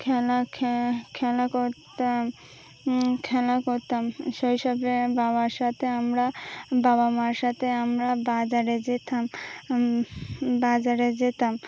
খেলা খে খেলা করতাম খেলা করতাম শৈশবের বাবার সাথে আমরা বাবা মার সাথে আমরা বাজারে যেতাম বাজারে যেতাম